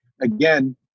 again